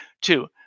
two